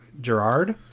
Gerard